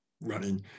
running